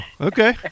okay